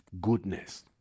goodness